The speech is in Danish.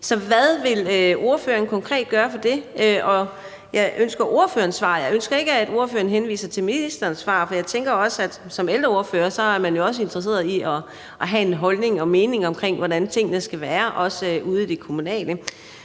Så hvad vil ordføreren konkret gøre for det? Jeg ønsker ordførerens svar, jeg ønsker ikke, at ordføreren henviser til ministerens svar, for jeg tænker også, at man som ældreordfører jo også er interesseret i at have en mening om, hvordan tingene skal være, også ude i det kommunale.